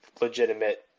legitimate